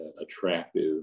attractive